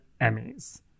Emmys